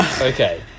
Okay